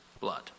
blood